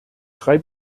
drei